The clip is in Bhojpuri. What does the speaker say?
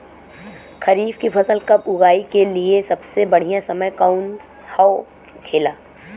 खरीफ की फसल कब उगाई के लिए सबसे बढ़ियां समय कौन हो खेला?